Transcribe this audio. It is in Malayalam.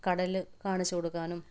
കടൽ കാണിച്ചു കൊടുക്കാനും